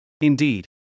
Indeed